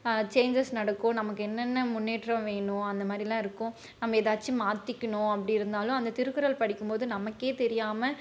changes நடக்கும் நமக்கு என்னென்ன முன்னேற்றம் வேணும் அந்த மாதிரிலாம் இருக்கும் நம்ம எதாச்சு மாற்றிக்கணும் அப்படி இருந்தாலும் அந்த திருக்குறள் படிக்கும்போது நமக்கே தெரியாமல்